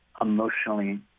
emotionally